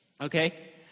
okay